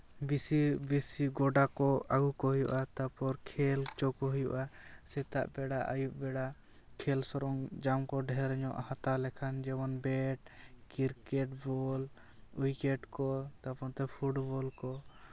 ᱵᱮᱥᱤ ᱵᱮᱥᱤ ᱜᱚᱰᱟ ᱠᱚ ᱟᱹᱜᱩ ᱠᱚ ᱦᱩᱭᱩᱜᱼᱟ ᱛᱟᱨᱯᱚᱨ ᱠᱷᱮᱞ ᱦᱚᱪᱚ ᱠᱚ ᱦᱩᱭᱩᱜᱼᱟ ᱥᱮᱛᱟᱜ ᱵᱮᱲᱟ ᱟᱹᱭᱩᱵ ᱵᱮᱲᱟ ᱠᱷᱮᱞ ᱥᱚᱨᱚᱧᱡᱟᱢ ᱠᱚ ᱰᱷᱮᱨ ᱧᱚᱜ ᱦᱟᱛᱟᱣ ᱞᱮᱠᱷᱟᱱ ᱡᱮᱢᱚᱱ ᱵᱮᱰ ᱠᱨᱤᱠᱮᱹᱴ ᱵᱚᱞ ᱩᱭᱠᱮᱹᱴ ᱠᱚ ᱛᱟᱨᱯᱚᱨ ᱚᱱᱛᱮ ᱯᱷᱩᱴᱵᱚᱞ ᱠᱚ